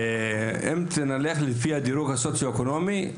ואם נלך לפי הדרוג הסוציו-אקונומי,